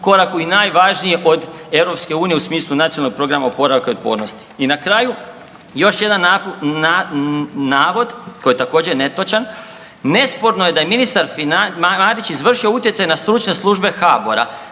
koraku i najvažnije od EU u smislu Nacionalnog programa oporavka i otpornosti. I na kraju još jedan navod, koji je također netočan, nesporno je da je ministar Marić izvršio utjecaj na stručne službe HABOR-a